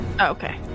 Okay